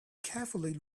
carefully